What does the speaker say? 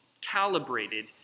calibrated